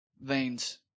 veins